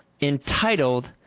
entitled